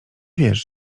wiesz